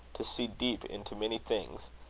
to see deep into many things,